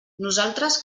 nosaltres